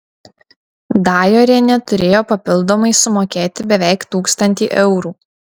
dajorienė turėjo papildomai sumokėti beveik tūkstantį eurų